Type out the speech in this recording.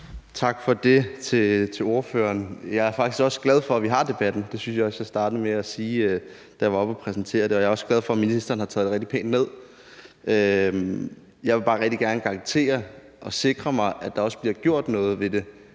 Tak for det til ordføreren. Jeg er faktisk også glad for, at vi har debatten. Det synes jeg også jeg startede med at sige, da jeg var oppe at præsentere det, og jeg er også glad for, at ministeren har taget det rigtig pænt ned. Jeg vil bare rigtig gerne garantere og sikre mig, at der også bliver gjort noget ved det,